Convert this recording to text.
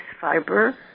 fiber